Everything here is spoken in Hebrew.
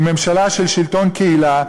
עם ממשלה של שלטון קהילה,